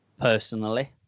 personally